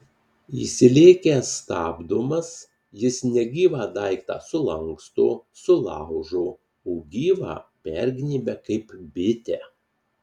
įsilėkęs stabdomas jis negyvą daiktą sulanksto sulaužo o gyvą pergnybia kaip bitę